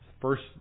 First